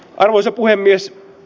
arvoisa puhemies